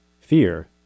Fear